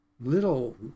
little